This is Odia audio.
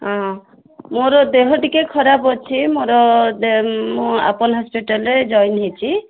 ହଁ ମୋର ଦେହ ଟିକେ ଖରାପ ଅଛି ମୋର ମୁଁ ଆପୋଲୋ ହସ୍ପିଟାଲରେ ଜଏନ୍ ହେଇଛି